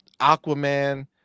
Aquaman